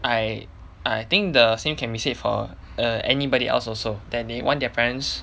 I I think the same can be said for err anybody else also that they want their parents